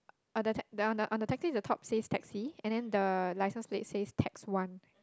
on the ta~ on the on the taxi the top says taxi and then the license plate says tax one